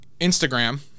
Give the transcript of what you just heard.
Instagram